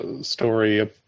story